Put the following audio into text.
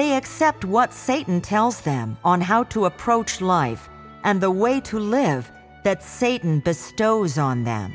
they accept what satan tells them on how to approach life and the way to live that satan bestows on them